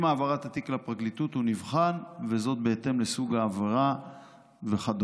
עם העברת התיק לפרקליטות הוא נבחן בהתאם לסוג העבירה וכדומה.